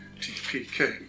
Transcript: TPK